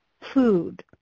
food